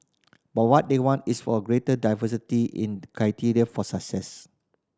but what they want is for a greater diversity in criteria for success